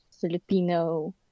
Filipino